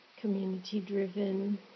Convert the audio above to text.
community-driven